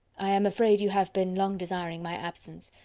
i am afraid you have been long desiring my absence,